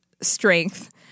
strength